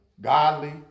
godly